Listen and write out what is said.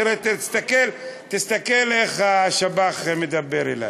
תסתכל איך השב"ח מדבר אלי.